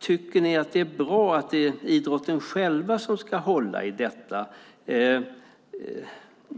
Tycker ni att det är bra att det är idrotten själv som ska hålla i detta?